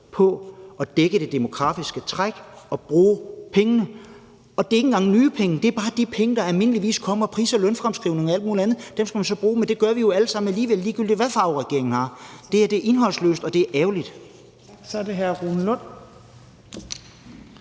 på at dække det demografiske træk og bruge pengene. Og det er ikke engang nye penge, det er bare de penge, der almindeligvis kommer – pris- og lønfremskrivninger og alt muligt andet. Dem skal man så bruge, men det gør vi jo alle sammen alligevel, ligegyldigt hvilken farve regeringen har. Det her er indholdsløst, og det er ærgerligt. Kl. 12:14 Tredje